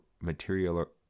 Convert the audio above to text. material